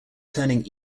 turning